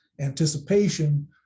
Anticipation